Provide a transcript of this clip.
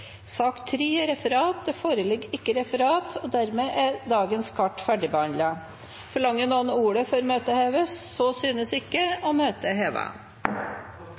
Det foreligger ikke noe referat. Dermed er dagens kart ferdigbehandlet. Forlanger noen ordet før møtet heves? – Så synes ikke, og møtet er